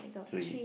three